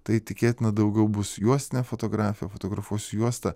tai tikėtina daugiau bus juostinė fotografija fotografuosiu juosta